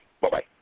Bye-bye